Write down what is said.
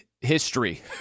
history